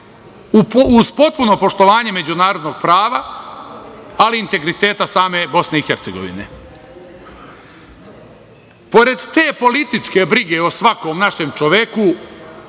uz potpuno poštovanje međunarodnog prava, ali i integriteta same BiH. Pored te političke brige o svakom našem čoveku